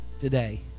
today